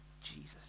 Jesus